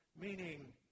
Meaning